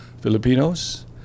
Filipinos